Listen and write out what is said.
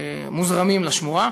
מוזרמים לשמורה.